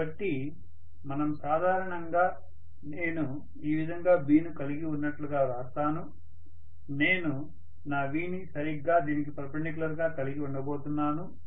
కాబట్టి మనం సాధారణంగా నేను ఈ విధంగా B ను కలిగి ఉన్నట్లుగా వ్రాస్తాను నేను నా v ని సరిగ్గా దీనికి పర్పెండక్యులర్ గా కలిగి ఉండబోతున్నాను